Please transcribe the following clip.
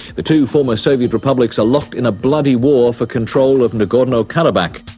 the two former soviet republics are locked in a bloody war for control of nagorno-karabakh.